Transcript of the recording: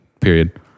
period